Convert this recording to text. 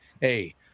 hey